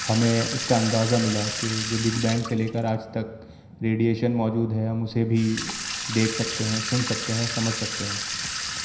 ہمیں اس کا اندازہ ملا کہ جو بگ بینگ سے لے کر آج تک ریڈیئیشن موجود ہے ہم اسے بھی دیکھ سکتے ہیں سن سکتے ہیں سمجھ سکتے ہیں